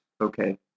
okay